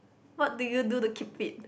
what do you do to keep fit